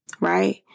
right